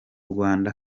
rwanda